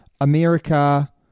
America